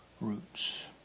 roots